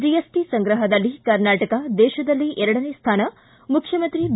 GST ಸಂಗ್ರಹದಲ್ಲಿ ಕರ್ನಾಟಕ ದೇಶದಲ್ಲೇ ಎರಡನೇ ಸ್ವಾನ ಮುಖ್ಯಮಂತ್ರಿ ಬಿ